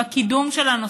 בקידום של הנושא.